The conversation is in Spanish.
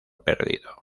perdido